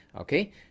okay